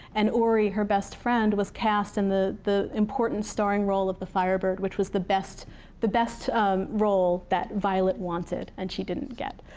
and ori, her best friend, was cast and in the important starring role of the firebird, which was the best the best um role that violet wanted, and she didn't get.